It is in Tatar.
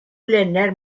үләннәр